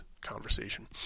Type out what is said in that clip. conversation